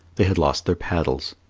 they had lost their paddles.